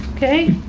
okay.